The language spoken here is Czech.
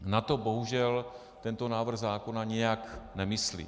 Na to bohužel tento návrh zákona nijak nemyslí.